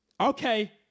Okay